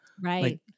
right